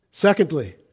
Secondly